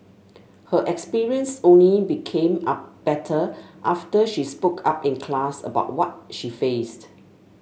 her experience only became up better after she spoke up in class about what she faced